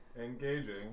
Engaging